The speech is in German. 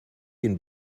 den